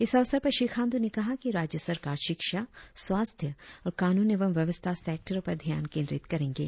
इस अवसर पर श्री खांडू ने कहा कि राज्य सरकार शिक्षा स्वास्थ्य और कानून एवं व्यवस्था सेक्टरों पर ध्यान केंद्रित करेंगे